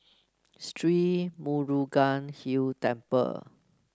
Sri Murugan Hill Temple